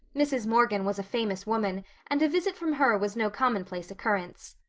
mrs. morgan was a famous woman and a visit from her was no commonplace occurrence.